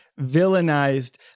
villainized